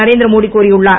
நரேந்திர மோடி கூறியுள்ளார்